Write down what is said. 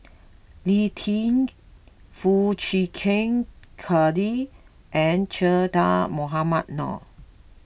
Lee Tjin Foo Chee Keng Cedric and Che Dah Mohamed Noor